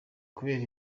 kubera